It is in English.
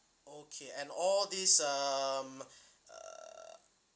okay and all these um err